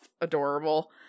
adorable